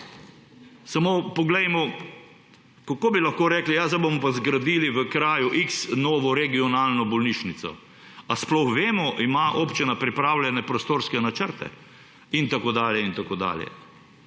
Samo poglejmo, kako bi lahko rekli, zdaj bomo pa zgradili v kraju X novo regionalno bolnišnico. Ali sploh vemo, ali ima občina pripravljene prostorske načrte? In tako dalje in tako dalje.